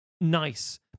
nice